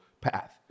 path